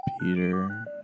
Peter